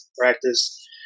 practice